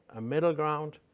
a middle ground,